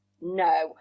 No